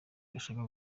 bashaka